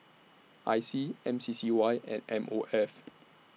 I C M C C Y and M O F